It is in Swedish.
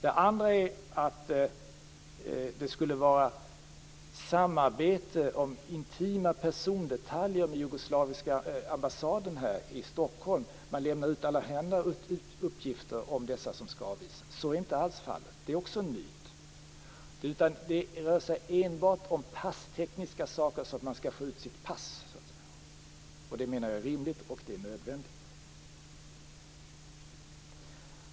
En annan myt är att det skulle förekomma samarbete med den jugoslaviska ambassaden om intima persondetaljer och att vi skulle lämna ut allehanda uppgifter om dem som skall avvisas. Så är inte alls fallet, utan detta är också en myt. Det rör sig endast om passtekniska saker som krävs för att de skall få ut sina pass. Det menar jag är både rimligt och nödvändigt.